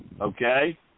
Okay